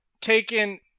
taken